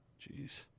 Jeez